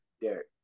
Derek